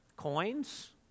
Coins